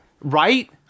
right